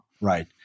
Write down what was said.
right